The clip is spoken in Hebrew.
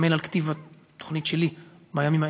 אני עמל על התוכנית שלי בימים אלה.